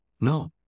No